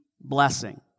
blessing